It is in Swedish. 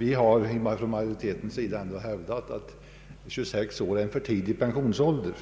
Inom majoriteten har vi trots skämtet hävdat att 26 år är en för tidig pensionsålder.